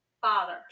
Father